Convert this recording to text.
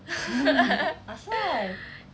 really asal